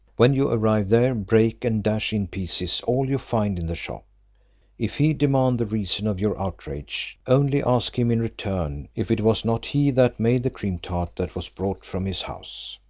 when you arrive there, break and dash in pieces all you find in the shop if he demand the reason of your outrage, only ask him in return if it was not he that made the cream-tart that was brought from his house.